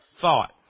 thought